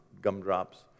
gumdrops